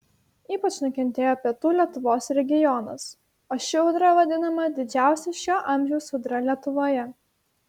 ypač nukentėjo pietų lietuvos regionas o ši audra vadinama didžiausia šio amžiaus audra lietuvoje